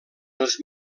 els